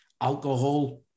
alcohol